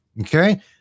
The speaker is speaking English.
Okay